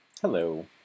hello